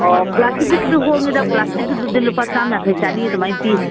ꯑꯣ ꯄ꯭ꯂꯥꯁꯇꯤꯛꯀꯤꯗꯨꯁꯨ ꯍꯣꯡꯉꯤꯗ ꯄ꯭ꯂꯥꯁꯇꯤꯛꯀꯤꯗꯨꯗꯤ ꯂꯨꯄꯥ ꯆꯥꯝ ꯌꯥꯡꯈꯩ ꯆꯅꯤ ꯑꯗꯨꯃꯥꯏꯅ ꯄꯤ